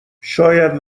شاید